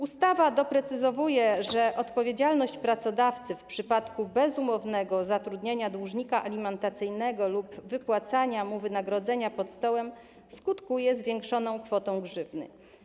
Ustawa doprecyzowuje, że odpowiedzialność pracodawcy w przypadku bezumownego zatrudniania dłużnika alimentacyjnego lub wypłacania mu wynagrodzenia pod stołem skutkuje zwiększoną kwotą grzywny.